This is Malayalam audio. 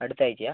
അടുത്ത ആഴ്ചയാണോ